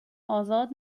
آزاد